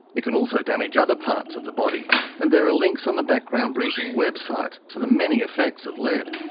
it can also damage other parts of the body and there are links on the background briefing website to the many effects of lead.